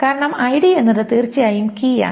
കാരണം ഐഡി എന്നത് തീർച്ചയായും കീയാണ്